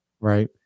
Right